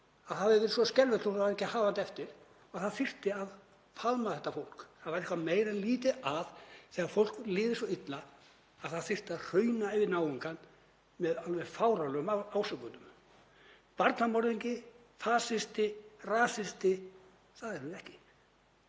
verið svo skelfilegt að það sé ekki hafandi eftir; að það þurfi að faðma þetta fólk, að það sé eitthvað meira en lítið að þegar fólki líður svo illa að það þurfi að hrauna yfir náungann með alveg fáránlegum ásökunum. Barnamorðingi, fasisti, rasisti — það erum við ekki.